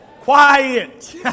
Quiet